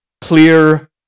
clear